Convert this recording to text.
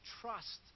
trust